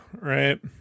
right